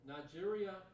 Nigeria